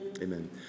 Amen